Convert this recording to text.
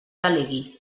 delegui